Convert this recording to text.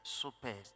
super